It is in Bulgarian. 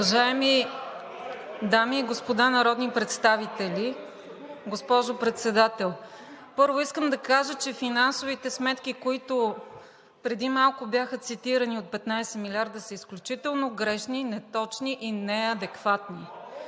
Уважаеми дами и господа народни представители, госпожо Председател! Първо, искам да кажа, че финансовите сметки, които преди малко бяха цитирани от 15 млрд. лв., са изключително грешни, неточни и неадекватни.